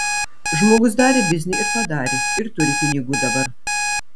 žmogus darė biznį ir padarė ir turi pinigų dabar